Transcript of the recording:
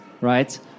right